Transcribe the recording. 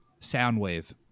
Soundwave